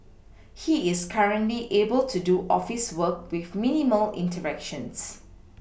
he is currently able to do office work with minimal interactions